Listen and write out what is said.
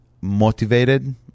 motivated